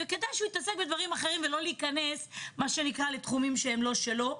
וכדאי שהוא יתעסק בדברים אחרים ולא ייכנס לתחומים שהם לא שלו.